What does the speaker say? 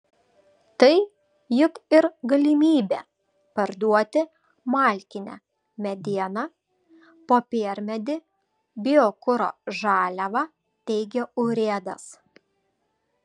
tai juk ir galimybė parduoti malkinę medieną popiermedį biokuro žaliavą teigė urėdas